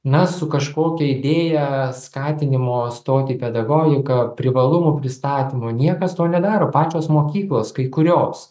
na su kažkokia idėja skatinimo stoti įpedagogiką privalumų pristatymo niekas to nedaro pačios mokyklos kai kurios